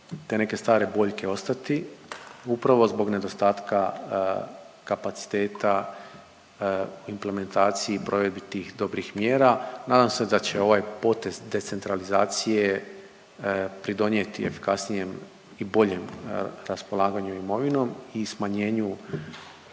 te neke stare boljke ostati, upravo zbog nedostatka kapaciteta implementaciji i provedbi tih dobrih mjera. Nadam se da će ovaj potez decentralizacije pridonijeti efikasnijem i boljem raspolaganju imovinom i smanjenju